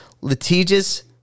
litigious